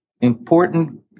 important